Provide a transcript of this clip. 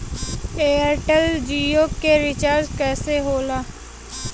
Airtel Jio के recharge कैसे होला?